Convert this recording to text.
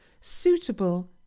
suitable